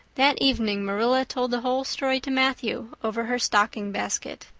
that evening marilla told the whole story to matthew over her stocking basket.